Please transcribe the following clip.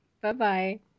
Bye-bye